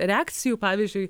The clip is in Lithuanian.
reakcijų pavyzdžiui